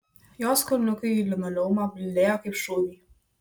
jos kulniukai į linoleumą bildėjo kaip šūviai